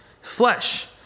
Flesh